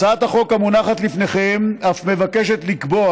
הצעת החוק המונחת לפניכם אף מבקשת לקבוע